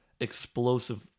explosive